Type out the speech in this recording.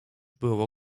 było